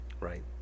right